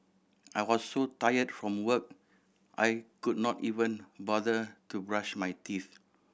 I was so tired from work I could not even bother to brush my teeth